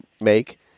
make